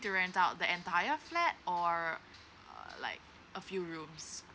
to rent out the entire flat or err like a few rooms